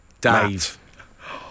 Dave